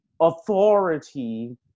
authority